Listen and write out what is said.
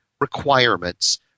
requirements